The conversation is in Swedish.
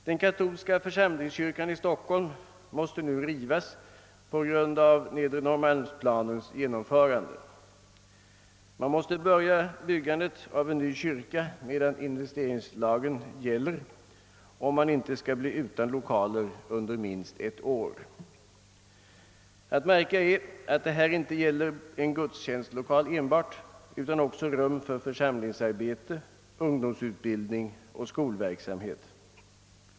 Den katolska församlingskyrkan i Stockholm måste nu rivas på grund av nedre Norrmalmsplanens genomförande. Man måste börja byggandet av en ny kyrka medan investeringslagen gäller, om man inte skall bli utan lokaler under minst ett år. Att märka är att detta inte enbart gäller en gudstjänstlokal utan också rum för församlingsarbete, ungdomsutbildning och skolverksamhet.